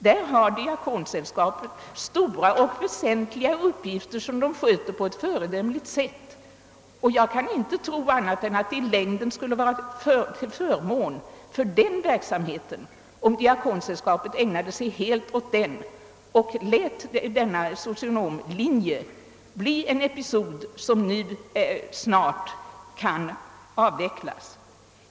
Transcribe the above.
Därvidlag har Diakonsällskapet stora och väsentliga uppgifter som det sköter på ett föredömligt sätt, och jag kan inte tro annat än det i längden skulle vara till förmån för dessa uppgifter om Diakonsällskapet ägnade sig helt åt dem och lät socionomlinjen bli en episod som nu snart kan avvecklas.